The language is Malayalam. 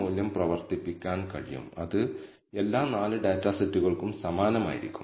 നിങ്ങൾക്ക് നൽകിയിരിക്കുന്ന ഡാറ്റയുടെ സാമ്പിളിൽ നിന്നുള്ള ഡാറ്റയിൽ നിന്നാണ് ഇവ ലഭിക്കുന്നത്